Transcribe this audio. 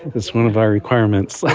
it's one of our requirements! like